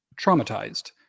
traumatized